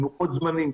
עם לוחות זמנים,